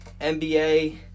NBA